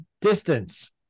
distance